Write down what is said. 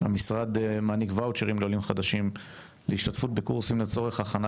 המשרד מעניק ואוצ'רים לעולים חדשים להשתתפות בקורסים להכנה